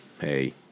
hey